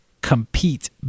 compete